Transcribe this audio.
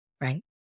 right